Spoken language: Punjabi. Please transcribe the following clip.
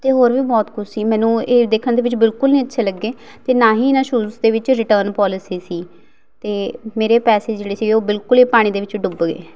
ਅਤੇ ਹੋਰ ਵੀ ਬਹੁਤ ਕੁਛ ਸੀ ਮੈਨੂੰ ਇਹ ਦੇਖਣ ਦੇ ਵਿੱਚ ਬਿਲਕੁਲ ਨਹੀਂ ਅੱਛੇ ਲੱਗੇ ਅਤੇ ਨਾ ਹੀ ਇਹਨਾਂ ਸ਼ੂਜ ਦੇ ਵਿੱਚ ਰਿਟਰਨ ਪੋਲੀਸੀ ਸੀ ਅਤੇ ਮੇਰੇ ਪੈਸੇ ਜਿਹੜੇ ਸੀ ਉਹ ਬਿਲਕੁਲ ਹੀ ਪਾਣੀ ਦੇ ਵਿੱਚ ਡੁੱਬ ਗਏ